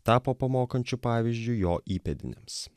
tapo pamokančiu pavyzdžiu jo įpėdiniams